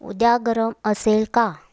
उद्या गरम असेल का